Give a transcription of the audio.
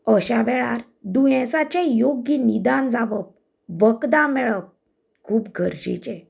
अश्या वेळार दुयेंसाचे योग्य निदान जावप वखदां मेळप खूब गरजेचें